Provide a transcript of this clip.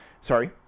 Sorry